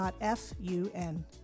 F-U-N